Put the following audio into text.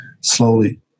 slowly